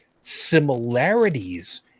similarities